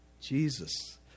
Jesus